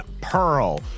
Pearl